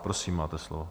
Prosím, máte slovo.